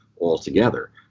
altogether